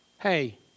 hey